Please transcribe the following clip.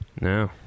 No